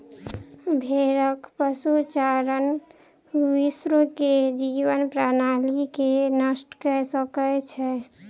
भेड़क पशुचारण विश्व के जीवन प्रणाली के नष्ट कय सकै छै